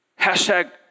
Hashtag